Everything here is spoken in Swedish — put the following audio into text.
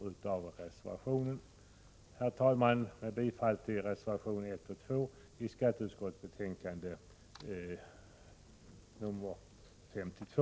Med detta yrkar jag bifall till reservationerna 1 och 2 i skatteutskottets betänkande 52.